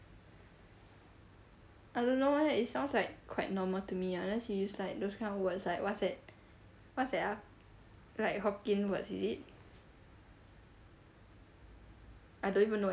I don't know eh it sounds like quite normal to me unless you use like those kind of words like what's that what's that ah like hokkien words is it I don't even know